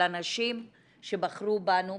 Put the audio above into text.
לנשים שבחרו בנו,